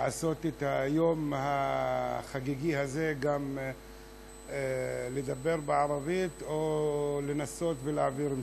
לעשות את היום החגיגי הזה ולדבר בערבית או לנסות ולהעביר מסרים?